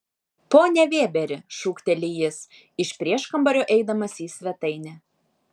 pone vėberi šūkteli jis iš prieškambario eidamas į svetainę